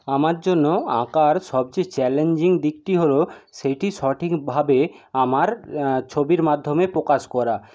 আমার জন্য আঁকার সবচেয়ে চ্যালেঞ্জিং দিকটি হল সেইটি সঠিকভাবে আমার ছবির মাধ্যমে প্রকাশ করা